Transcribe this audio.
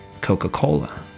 Coca-Cola